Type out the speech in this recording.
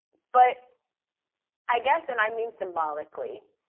but i guess, and i mean symbolically,